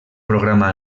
programa